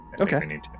Okay